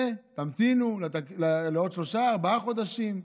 עם זה, תמתינו לעוד שלושה, ארבעה חודשים.